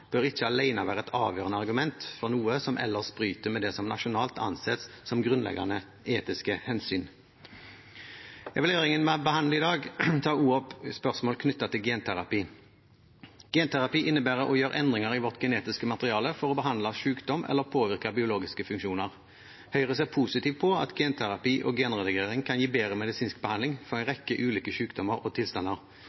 bør ikke alene være et avgjørende argument for noe som ellers bryter med det som nasjonalt anses som grunnleggende etiske hensyn. Evalueringen vi behandler i dag, tar også opp spørsmål knyttet til genterapi. Genterapi innebærer å gjøre endringer i vårt genetiske materiale for å behandle sykdom eller påvirke biologiske funksjoner. Høyre ser positivt på at genterapi og genredigering kan gi bedre medisinsk behandling for en